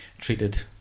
treated